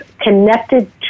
connected